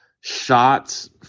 shots